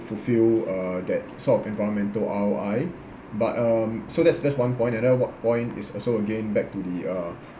fulfill uh that sort of environmental R_O_I but um so that's that's one point another one point is also again back to the uh